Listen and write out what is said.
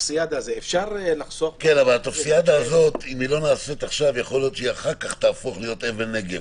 הטופסיאדה הזו לא נעשית עכשיו יכול להיות שאחר כך היא תהפוך לאבן נגף.